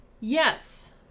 Yes